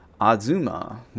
Azuma